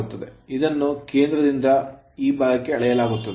ಇದನ್ನು ಕೇಂದ್ರದಿಂದ ಈ ಭಾಗಕ್ಕೆ ಅಳೆಯಲಾಗುತ್ತದೆ